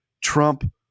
trump